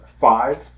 five